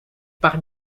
par